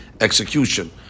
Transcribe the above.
execution